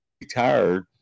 retired